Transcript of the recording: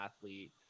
athlete